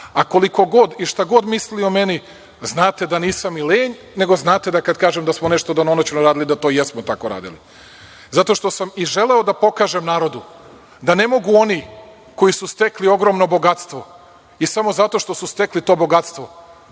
radili. Koliko god i šta god mislili o meni, znate da nisam ni lenj, nego znate da kada kažem da smo nešto danonoćno radili da to jesmo tako radili. Želeo sam da pokažem narodu da ne mogu oni, koji su stekli ogromno bogatstvo i samo zato što su stekli to bogatstvo,